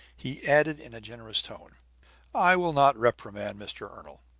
he added in a generous tone i will not reprimand mr. ernol,